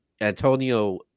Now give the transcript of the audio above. Antonio